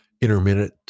intermittent